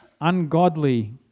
ungodly